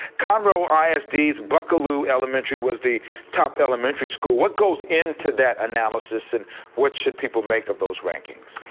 conroe i s d s buckaloo elementary was the top elementary school. what goes into that analysis and what should people make of those rankings?